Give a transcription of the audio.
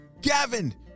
Gavin